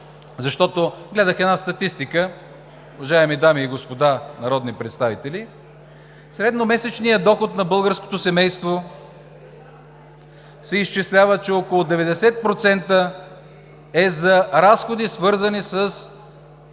Гледах една статистика, уважаеми дами и господа народни представители – средномесечният доход на българското семейство се изчислява, че около 90% е за разходи, свързани с